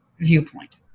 viewpoint